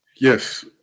Yes